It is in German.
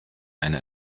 eine